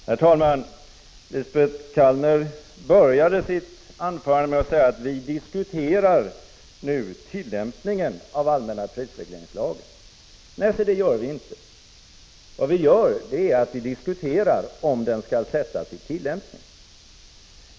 Herr talman! Lisbet Calner började sitt anförande med att säga att vi nu diskuterar tillämpningen av allmänna prisregleringslagen. Nej, det gör vi inte. Vad vi gör är att vi diskuterar om den skall sättas i tillämpning.